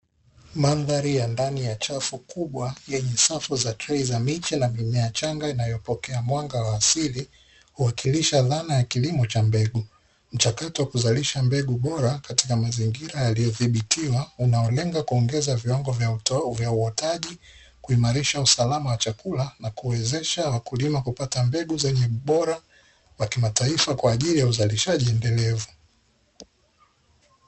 Mandhari ya ndani ya chafu kubwa yenye safu za trei za miche, mimea changa inayopokea mwanga wa asili huwakilisha dhana ya kilimo cha mbegu, mchakato wa kuzalisha mbegu bora katika mazingira yaliyodhibitiwa unaolenga kuongeza viwango vya uotaji kuimarisha usalama wa chakula na kuwezesha wakulima kupata mbegu zenye ubora wa kimataifa kwa ajili ya uzalishaji endelevu.